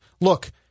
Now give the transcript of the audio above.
Look